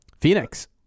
Phoenix